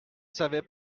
savait